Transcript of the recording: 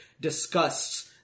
discussed